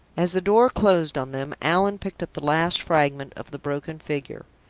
as the door closed on them, allan picked up the last fragment of the broken figure.